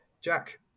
Jack